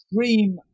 extreme